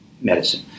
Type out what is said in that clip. medicine